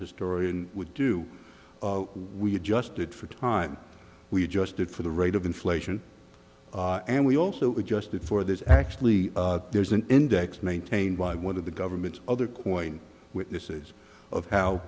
historian would do we adjusted for time we adjusted for the rate of inflation and we also adjusted for this actually there's an index maintained by one of the government's other coins witnesses of how